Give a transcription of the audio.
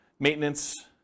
Maintenance